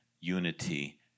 unity